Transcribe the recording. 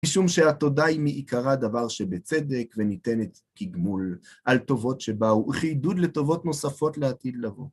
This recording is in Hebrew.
משום שהתודה היא מעיקרה דבר שבצדק וניתנת כגמול על טובות שבאו, חידוד לטובות נוספות לעתיד לבוא.